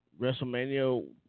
WrestleMania